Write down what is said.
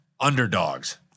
underdogs